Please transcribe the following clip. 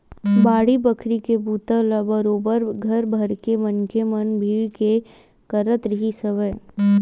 बाड़ी बखरी के बूता ल बरोबर घर भरके मनखे मन भीड़ के करत रिहिस हवय